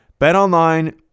BetOnline